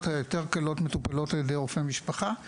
היותר קלות מטופלות על ידי רופא משפחה.